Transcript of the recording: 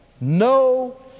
no